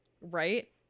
right